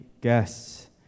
guests